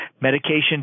Medication